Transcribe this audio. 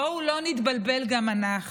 בואו לא נתבלבל גם אנחנו.